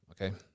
Okay